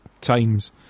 times